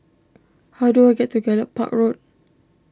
how do I get to Gallop Park Road